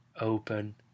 open